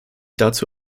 dazu